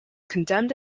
condemned